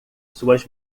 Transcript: suas